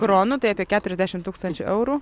kronų tai apie keturiasdešim tūkstančių eurų